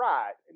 Right